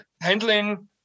handling